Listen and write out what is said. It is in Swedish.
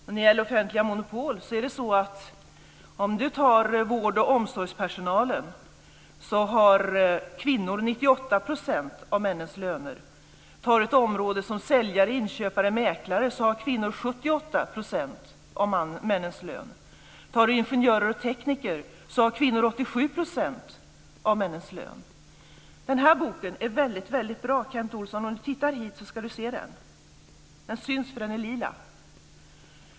När det gäller offentliga monopol kan jag säga att om man tar vård och omsorgspersonalen är det så att kvinnor har 98 % av männens löner. Tar man ett område som säljare, inköpare och mäklare har kvinnor 78 % av männens lön. Tar man ingenjörer och tekniker har kvinnor 87 % av männens lön. Den bok som jag visar här är väldigt bra, Kent Olsson. Om Kent Olsson tittar hit så ser han den. Den syns, för den är lila.